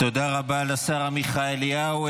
תודה רבה לשר עמיחי אליהו.